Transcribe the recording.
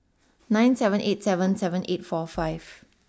nine seven eight seven seven eight four five